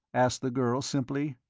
asked the girl, simply.